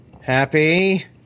Happy